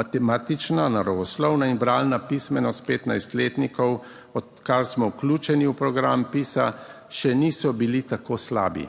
matematična, naravoslovna in bralna pismenost 15-letnikov odkar smo vključeni v program PISA, še niso bili tako slabi.